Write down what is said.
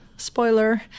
spoiler